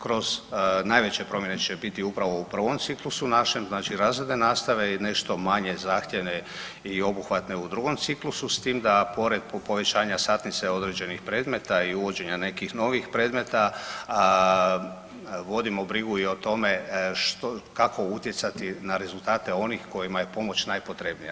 Kroz najveće promjene će biti upravo u prvom ciklusu našem, znači razredne nastave i nešto manje zahtjevne i obuhvatne u drugom ciklusu s tim da pored povećanja satnice određenih predmeta i uvođenja nekih novih predmeta vodimo brigu i o tome kako utjecati na rezultate onih kojima je pomoć najpotrebnija.